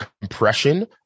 compression